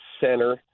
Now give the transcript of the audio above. center